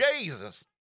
Jesus